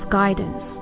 guidance